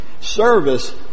Service